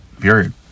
Period